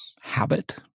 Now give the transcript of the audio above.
habit